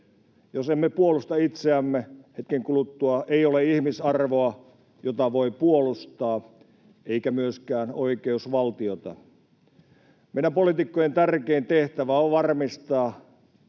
Jos emme puolusta itseämme, hetken kuluttua ei ole ihmisarvoa, jota voi puolustaa, eikä myöskään oikeusvaltiota. Meidän poliitikkojen tärkein tehtävä on varmistaa